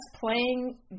playing